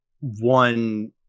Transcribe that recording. one